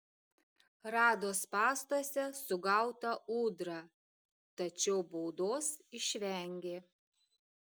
rado spąstuose sugautą ūdrą tačiau baudos išvengė